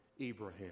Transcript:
Abraham